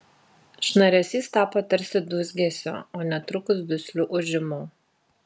šnaresys tapo tarsi dūzgesiu o netrukus dusliu ūžimu